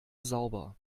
sauber